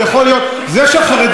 הוא יכול להיות, זה שהחרדים,